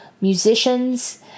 musicians